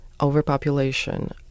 overpopulation